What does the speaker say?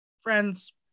friends